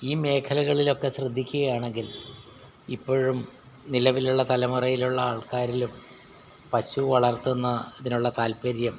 ഈ മേഖലകളിലൊക്കെ ശ്രദ്ധിക്കുകയാണെങ്കിൽ ഇപ്പോഴും നിലവിലുള്ള തലമുറയിലുള്ള ആൾക്കാരിലും പശുവളർത്തുന്നതിനുള്ള താൽപര്യം